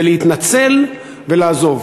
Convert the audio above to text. וזה להתנצל ולעזוב.